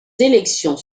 élections